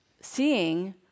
seeing